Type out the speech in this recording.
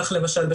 כך למשל,